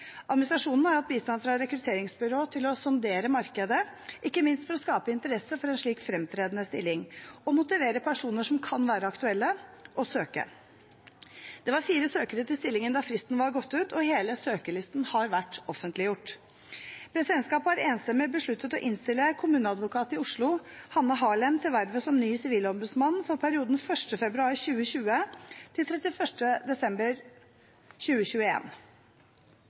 Administrasjonen har hatt bistand fra rekrutteringsbyrå til å sondere markedet, ikke minst for å skape interesse for en slik fremtredende stilling og motivere personer som kunne være aktuelle, til å søke. Det var fire søkere til stillingen da fristen var gått ut, og hele søkerlisten har vært offentliggjort. Presidentskapet har enstemmig besluttet å innstille kommuneadvokat i Oslo, Hanne Harlem, til vervet som ny sivilombudsmann for perioden 1. februar 2020 til 31. desember